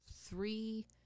three